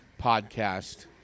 podcast